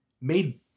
made